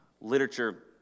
literature